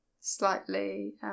Slightly